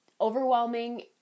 overwhelming